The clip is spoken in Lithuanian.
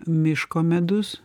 miško medus